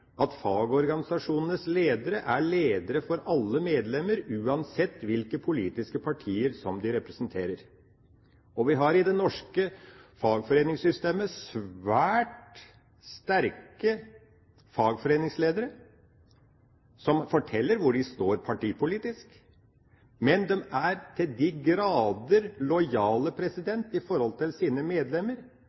at fagorganisasjonenes ledere er ledere for alle medlemmer, uansett hvilke politiske partier de representerer. Vi har i det norske fagforeningssystemet svært sterke fagforeningsledere som forteller hvor de står partipolitisk, men de er til de grader lojale overfor sine medlemmer. De fremmer sine